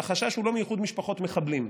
והחשש הוא לא מאיחוד משפחות מחבלים,